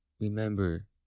Remember